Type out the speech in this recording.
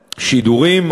השידורים.